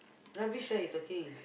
rubbish right you talking